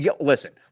Listen